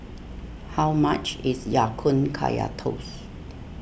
how much is Ya Kun Kaya Toast